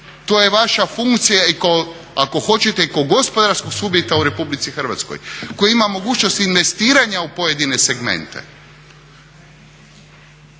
To je vaša funkcija i kao, ako hoćete kao gospodarskog subjekta u Republici Hrvatskoj koji ima mogućnost investiranja u pojedine segmente